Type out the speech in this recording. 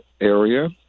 area